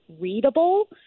readable